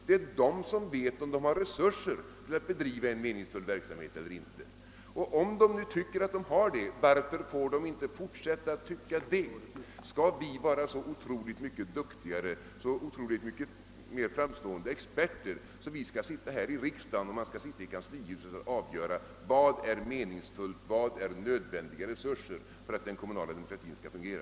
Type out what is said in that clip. Det är de som vet om de har resurser för att bedriva en meningsfull verksamhet. Om de nu tycker att de har det, varför får de inte fortsätta att tycka det? Skall vi vara så otroligt mycket duktigare, så mycket mera framstående experter att man här i riksdagen och i kanslihuset skall avgöra vad som är meningsfullt, vad som är nödvändiga resurser för att den kommunala demokratin skall fungera?